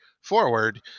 forward